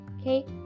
Okay